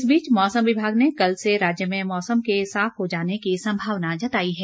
इस बीच मौसम विभाग ने कल से राज्य में मौसम के साफ हो जाने की संभावना जताई है